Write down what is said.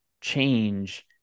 change